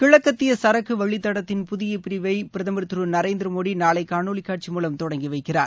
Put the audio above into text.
கிழக்கத்திய சரக்கு வழித்தடத்தின் புதிய பிரிவை பிரதமர் திரு நரேந்திர மோடி நாளை காணொலி காட்சி மூலம் தொடங்கி வைக்கிறார்